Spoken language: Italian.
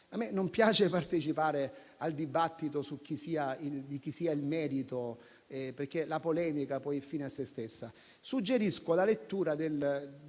A me non piace partecipare al dibattito a proposito di chi sia il merito, perché la polemica è fine a se stessa, ma suggerisco la lettura del